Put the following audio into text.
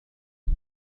على